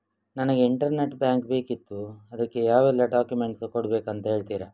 ನನಗೆ internet bank ಬೇಕಿತ್ತು ಅದಕ್ಕೆ ಯಾವೆಲ್ಲಾ ಡಾಕ್ಯುಮೆಂಟ್ಸ್ ಕೊಡ್ಬೇಕು ಅಂತ ಹೇಳ್ತಿರಾ?